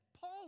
Paul